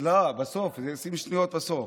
לא, בסוף, 20 שניות בסוף.